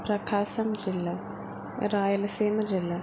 ప్రకాశం జిల్లా రాయలసీమ జిల్లా